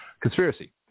Conspiracy